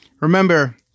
remember